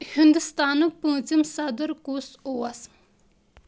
ہندوستانُک پوٗنٛژِم صدر کُس اوس